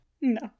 No